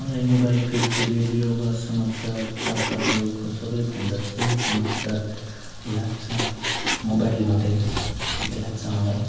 मलाई मोबाइल फेक रेडियोबाट समाचार पत्रहरूको सबभन्दा सही समाचार लाग्छ मोबाइलबाटै ठिक लाग्छ मलाई